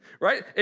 Right